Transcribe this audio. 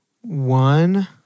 one